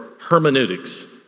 hermeneutics